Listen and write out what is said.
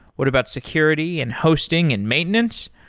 what about security and hosting and maintenance?